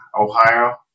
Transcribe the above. Ohio